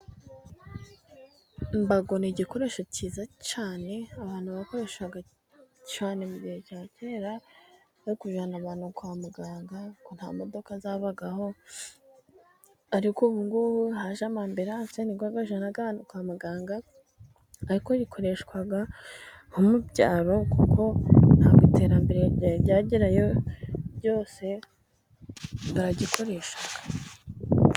Imbago ni igikoresho cyiza cyane abantu bakoreshaga cyane mu gihe cya kera, bari kujyana abantu kwa muganga. Nta modoka zabagaho, ariko ubu ngubu haje amamburanse ni yo ajyana abantu kwa muganga, ariko bikoreshwa nko mu byaro kuko nta bwo iterambere ryari ryagerayo ryose baragikoresha.